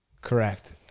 Correct